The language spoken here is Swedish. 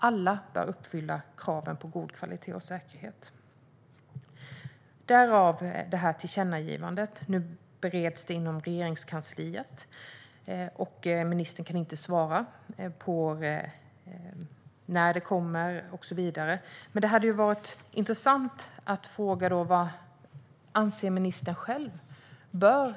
Alla bör uppfylla kraven på god kvalitet och säkerhet. Nu bereds tillkännagivandet inom Regeringskansliet, och ministern kan inte svara på när beredningen är klar. Men det hade varit intressant att höra vad ministern själv anser.